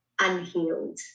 unhealed